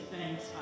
thanks